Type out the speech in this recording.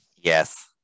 yes